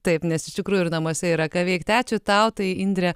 taip nes iš tikrųjų ir namuose yra ką veikti ačiū tau tai indrė